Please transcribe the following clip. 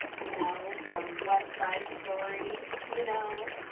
you know, from west side story? you know?